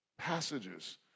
passages